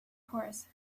horse